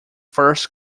first